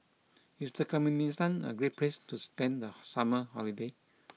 is Turkmenistan a great place to spend the summer holiday